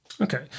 Okay